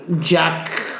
Jack